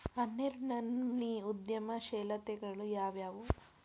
ಹನ್ನೆರ್ಡ್ನನಮ್ನಿ ಉದ್ಯಮಶೇಲತೆಗಳು ಯಾವ್ಯಾವು